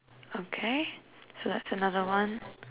okay so that's another one